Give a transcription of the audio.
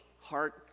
heart